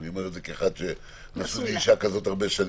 אני אומר את זה כאחד שנשוי לאישה כזאת הרבה שנים,